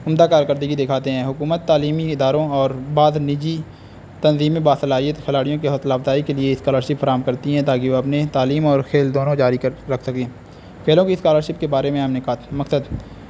عمدہ کارکردگی دکھاتے ہیں حکومت تعلیمی اداروں اور بعض نجی تنظیم باصلاحیت کلاڑیوں کے حوصلہ افزائی کے لیے اسکالرشپ فراہم کرتی ہیں تاکہ وہ اپنی تعلیم اور کھیل دونوں جاری کر رکھ سکیں کھیلوں کی اسکالرشپ کے بارے میں ہم نقات مقصد